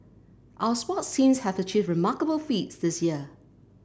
our sports teams have achieved remarkable feats this year